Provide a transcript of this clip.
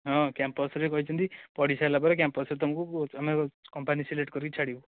ହଁ କ୍ୟାମ୍ପସ୍ରେ କହିଛନ୍ତି ପଢ଼ି ସରିଲା ପରେ କ୍ୟାମ୍ପସ୍ରେ ତୁମକୁ ଆମେ କମ୍ପାନୀ ସିଲେକ୍ଟ୍ କରିକି ଛାଡ଼ିବୁ